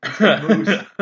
Moose